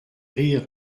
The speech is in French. rire